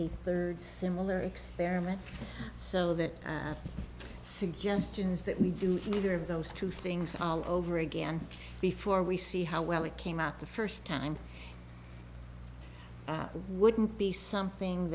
a third similar experiment so that suggestion is that we do neither of those two things all over again before we see how well it came out the first time wouldn't be something